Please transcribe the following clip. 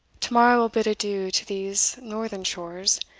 tomorrow i will bid adieu to these northern shores,